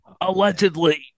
Allegedly